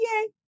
Yay